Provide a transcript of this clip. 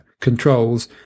controls